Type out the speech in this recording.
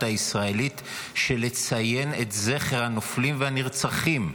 הישראלית ולציין את זכר הנופלים והנרצחים,